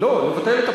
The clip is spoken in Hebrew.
מה לבטל?